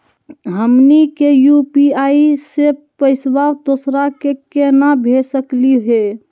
हमनी के यू.पी.आई स पैसवा दोसरा क केना भेज सकली हे?